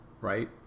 right